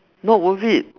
not worth it